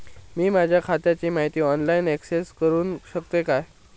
मी माझ्या खात्याची माहिती ऑनलाईन अक्सेस करूक शकतय काय?